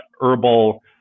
herbal